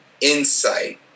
insight